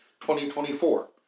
2024